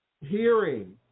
hearing